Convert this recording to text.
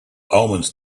omens